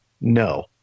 No